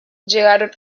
llegaron